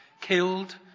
killed